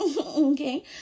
okay